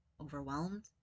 Overwhelmed